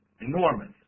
enormous